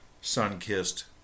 sun-kissed